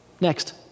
Next